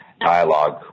dialogue